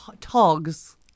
Togs